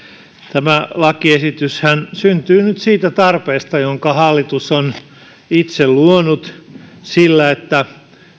tämä lakiesityshän syntyy nyt siitä tarpeesta jonka hallitus on itse luonut sillä että